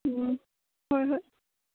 ꯎꯝ ꯍꯣꯏ ꯍꯣꯏ